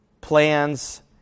plans